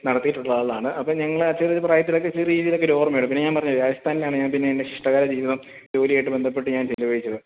നടത്തിയിട്ടുള്ള ആളാണ് അപ്പം ഞങ്ങളാ ചെറിയ പ്രായത്തിലൊക്കെ ചെറിയ രീതിയിലൊക്കെ ഒരു ഓർമ്മയുള്ളൂ പിന്നെ ഞാൻ പറഞ്ഞില്ലേ രാജസ്ഥാനിലാണ് ഞാൻ പിന്നെ എൻ്റെ ശിഷ്ഠകാല ജീവിതം ജോലിയായിട്ട് ബന്ധപ്പെട്ട് ഞാൻ ചിലവഴിച്ചത്